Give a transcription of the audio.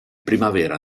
primavera